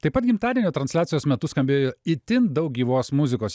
taip pat gimtadienio transliacijos metu skambėjo itin daug gyvos muzikos